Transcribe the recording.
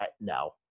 no